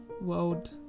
world